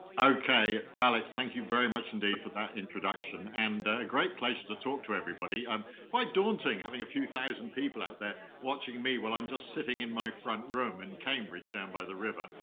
okay, alex. thank you very much indeed for that introduction and a great pleasure to talk to everybody. quite daunting having a few thousand people out there watching me while i'm just sitting in my front room in cambridge, down by the river,